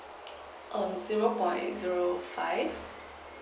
err zero point zero five